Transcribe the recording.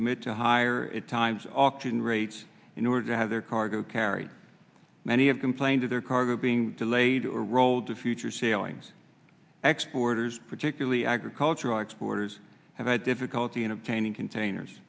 commit to higher at times auction rates in order to have their cargo carried many have complained of their cargo being delayed or rolled to future sailings exporters particularly agricultural exporters have had difficulty in obtaining containers